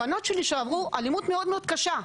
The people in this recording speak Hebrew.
הבנות שלי שעברו אלימות מאוד קשה,